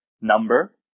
number